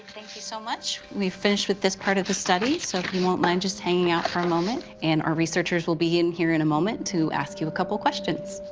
thank you so much. we finished with this part of the study. so if you don't mind just hanging out for a moment. and our researchers will be in here in a moment to ask you a couple questions.